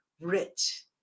rich